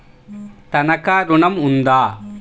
తనఖా ఋణం ఉందా?